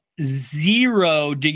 zero